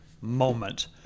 moment